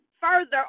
further